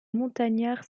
montagnards